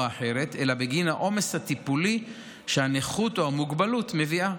אחרת אלא בגין העומס הטיפולי שהנכות או המוגבלות מביאה.